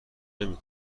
نمی